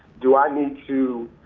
do i need to